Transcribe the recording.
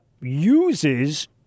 uses